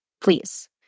Please